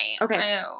Okay